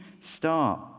start